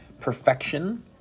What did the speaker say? perfection